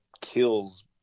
kills